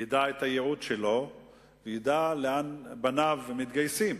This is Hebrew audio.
ידע את הייעוד שלו וידע לאן בניו מתגייסים.